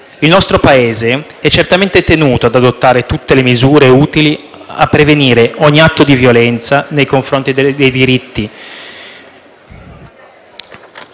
Il nostro Paese è certamente tenuto ad adottare tutte le misure utili a prevenire ogni atto di violenza nei confronti dei diritti